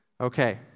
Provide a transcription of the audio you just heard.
Okay